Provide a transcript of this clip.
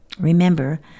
Remember